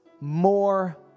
more